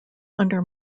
under